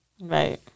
Right